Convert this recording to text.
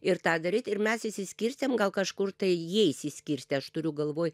ir tą daryt ir mes išsiskirstėm gal kažkur tai jie išsiskirstė aš turiu galvoj